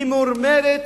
ממורמרת,